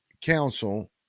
Council